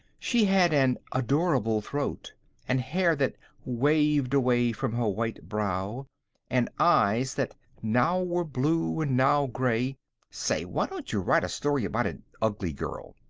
she had an adorable throat and hair that waved away from her white brow and eyes that now were blue and now gray say, why don't you write a story about an ugly girl?